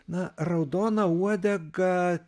na raudona uodega